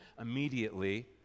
immediately